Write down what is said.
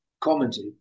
commented